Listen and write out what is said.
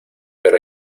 pero